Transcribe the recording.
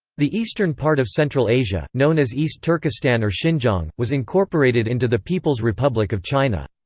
the eastern part of central asia, known as east turkistan or xinjiang, was incorporated into the people's republic of china.